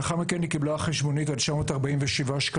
לאחר מכן, היא קיבלה חשבונית על סך 947 שקלים.